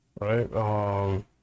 Right